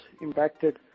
impacted